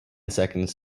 seconds